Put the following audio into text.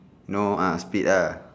no ah split uh